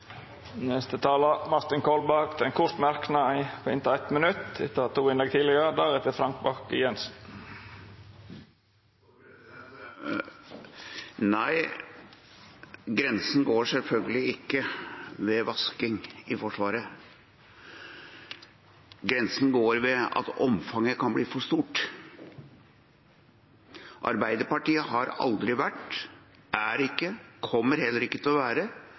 Martin Kolberg har hatt ordet to gonger tidlegare og får ordet til ein kort merknad, avgrensa til 1 minutt. Nei, grensen går selvfølgelig ikke ved vasking i Forsvaret. Grensen går ved at omfanget kan bli for stort. Arbeiderpartiet har aldri vært, er ikke og kommer heller ikke til å være